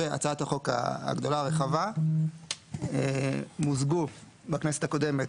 והצעת החוק הגדולה הרחבה מוזגו בכנסת הקודמת